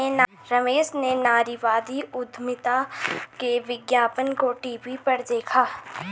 रमेश ने नारीवादी उधमिता के विज्ञापन को टीवी पर देखा